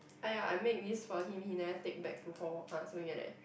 !aiya! I make this for him he never take back to hall ah something like that